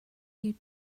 you